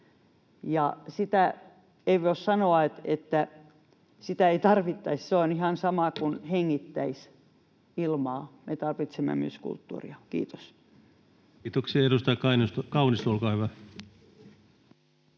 Ei voi sanoa, että sitä ei tarvittaisi. Se on ihan sama kuin hengittäisi ilmaa, me tarvitsemme myös kulttuuria. — Kiitos. [Speech 304] Speaker: